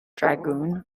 dragoons